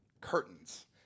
Curtains